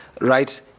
right